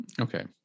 Okay